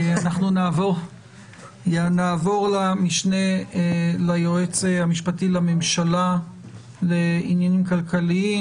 נעבור למשנה ליועץ המשפטי לממשלה לעניינים כלכליים,